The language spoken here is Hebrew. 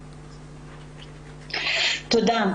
תודה.